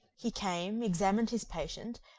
he came, examined his patient,